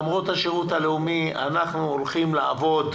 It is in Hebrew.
למרות השירות הלאומי אנחנו הולכים לעבוד,